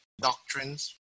doctrines